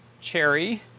Cherry